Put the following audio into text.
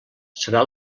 serà